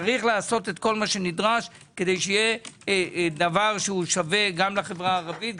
יש לעשות כל מה שנדרש כדי שיהיה דבר שהוא שווה גם לחברה הערבית,